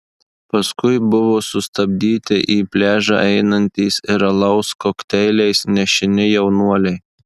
paskui buvo sustabdyti į pliažą einantys ir alaus kokteiliais nešini jaunuoliai